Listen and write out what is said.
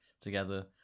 Together